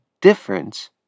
difference